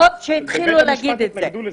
בבית המשפט התנגדו לזה.